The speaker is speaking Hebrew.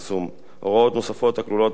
הוראות נוספות הכלולות בהצעת החוק